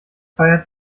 feiert